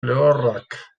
lehorrak